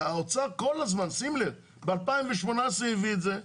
והאוצר כל הזמן, שים לב, ב-2018 הביא את זה.